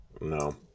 No